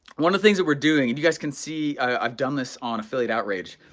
one of the things that we're doing, and you guys can see, i've done this on affiliate outrage.